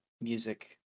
music